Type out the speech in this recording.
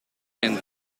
zijn